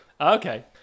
Okay